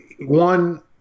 one –